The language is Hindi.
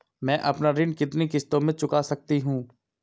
मैं अपना ऋण कितनी किश्तों में चुका सकती हूँ?